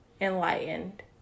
enlightened